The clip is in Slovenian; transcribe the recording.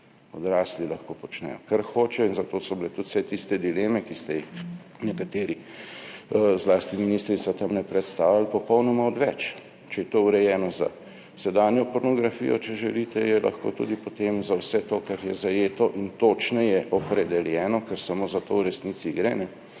Odrasli lahko počnejo, kar hočejo, in zato so bile tudi vse tiste dileme, ki ste jih nekateri, zlasti ministrica tamle predstavljali, popolnoma odveč. Če je to urejeno za sedanjo pornografijo, če želite, je lahko tudi potem za vse to, kar je zajeto in točneje opredeljeno, ker samo za to v resnici gre